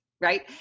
right